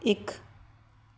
ਇੱਕ